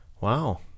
wow